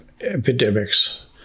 epidemics